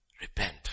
repent